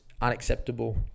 unacceptable